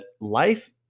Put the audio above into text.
life